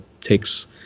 takes